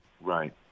right